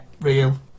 real